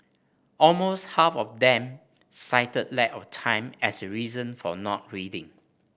almost half of them cited lack of time as a reason for not reading